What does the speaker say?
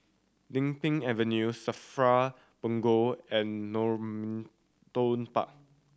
Din Pang Avenue SAFRA Punggol and Normanton Park